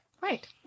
Right